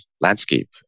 landscape